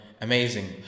Amazing